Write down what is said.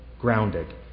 grounded